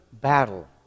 battle